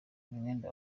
umwenda